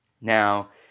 Now